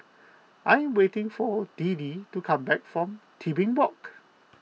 I am waiting for Deedee to come back from Tebing Walk